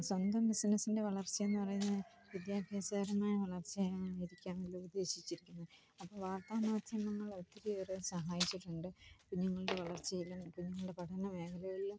സ്വന്തം ബിസിനസ്സിന്റെ വളര്ച്ചയെന്ന് പറയുന്നത് വിദ്യാഭ്യാസപരമായ വളര്ച്ചയായിരിക്കാമല്ലോ ഉദേശിച്ചിരിക്കുന്നത് അപ്പോൾ വാര്ത്താ മാധ്യമങ്ങളൊത്തിരിയേറെ സഹായിച്ചിട്ടുണ്ട് കുഞ്ഞുങ്ങളുടെ വളര്ച്ചയിലും കുഞ്ഞുങ്ങളുടെ പഠനമേഖലകളിലും